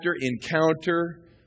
encounter